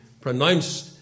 pronounced